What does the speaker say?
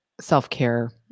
self-care